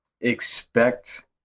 expect